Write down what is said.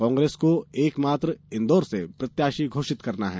कांग्रेस को एक मात्र इंदौर से प्रत्याशी घोषित करना है